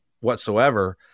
whatsoever